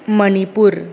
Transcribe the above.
Manipur